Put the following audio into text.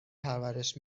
پرورش